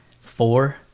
four